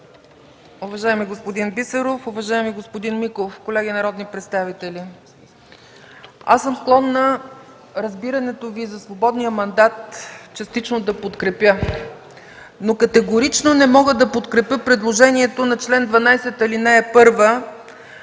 Уважаеми господин Бисеров, уважаеми господин Миков, колеги народни представители! Аз съм склонна разбирането Ви за свободния мандат частично да подкрепя, но категорично не мога да подкрепя предложението на чл. 12, ал. 1 – да